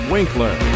Winkler